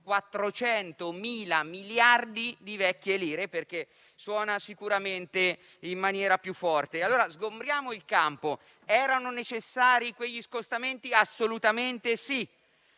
400.000 miliardi di vecchie lire, così suona sicuramente in maniera più forte. Allora sgombriamo il campo: erano necessari quegli scostamenti? Assolutamente sì.